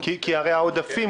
כי הרי העודפים,